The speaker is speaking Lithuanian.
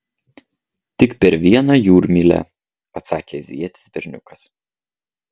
tik per vieną jūrmylę atsakė azijietis berniukas